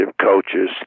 coaches